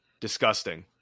Disgusting